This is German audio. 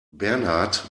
bernhard